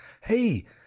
Hey